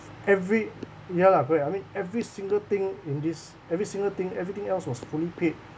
every ya lah correct I mean every single thing in this every single thing everything else was fully paid